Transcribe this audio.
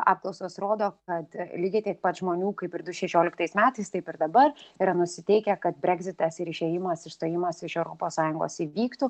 apklausos rodo kad lygiai tiek pat žmonių kaip ir du šešioliktais metais taip ir dabar yra nusiteikę kad breksitas ir išėjimas išstojimas iš europos sąjungos įvyktų